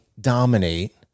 dominate